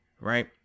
right